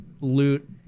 Loot